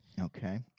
Okay